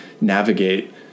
navigate